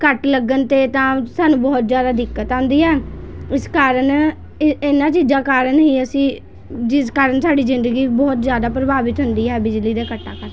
ਕੱਟ ਲੱਗਣ 'ਤੇ ਤਾਂ ਸਾਨੂੰ ਬਹੁਤ ਜ਼ਿਆਦਾ ਦਿੱਕਤ ਆਉਂਦੀ ਹੈ ਇਸ ਕਾਰਨ ਇ ਇਹਨਾਂ ਚੀਜ਼ਾਂ ਕਾਰਨ ਹੀ ਅਸੀਂ ਜਿਸ ਕਾਰਨ ਸਾਡੀ ਜ਼ਿੰਦਗੀ ਬਹੁਤ ਜ਼ਿਆਦਾ ਪ੍ਰਭਾਵਿਤ ਹੁੰਦੀ ਹੈ ਬਿਜਲੀ ਦੇ ਕੱਟਾਂ ਕਰਕੇ